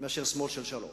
מאשר שמאל של שלום.